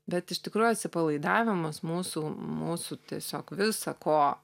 bet iš tikrųjų atsipalaidavimas mūsų mūsų tiesiog visa ko